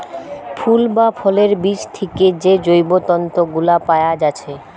ফুল বা ফলের বীজ থিকে যে জৈব তন্তু গুলা পায়া যাচ্ছে